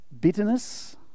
Bitterness